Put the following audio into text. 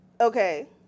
Okay